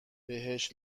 بهش